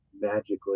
magically